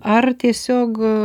ar tiesiog